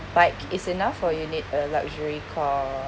bike is enough or you need a luxury car